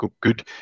good